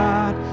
God